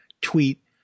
tweet